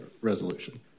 resolution